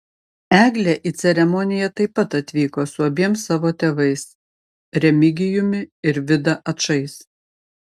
eglė į ceremoniją taip pat atvyko su abiem savo tėvais remigijumi ir vida ačais